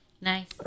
Nice